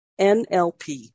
NLP